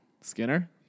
Skinner